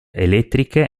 elettriche